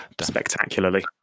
spectacularly